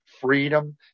freedom